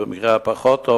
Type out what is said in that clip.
ובמקרה הפחות טוב,